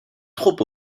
trop